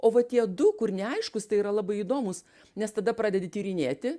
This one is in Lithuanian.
o va tie du kur neaiškūs tai yra labai įdomūs nes tada pradedi tyrinėti